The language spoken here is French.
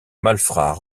malfrats